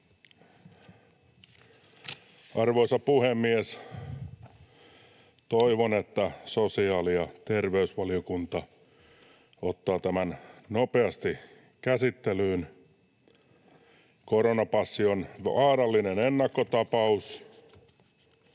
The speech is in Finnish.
Arvoisa puhemies! Toivon, että sosiaali- ja terveysvaliokunta ottaa tämän nopeasti käsittelyyn. Koronapassi on vaarallinen ennakkotapaus